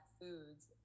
foods